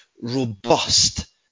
robust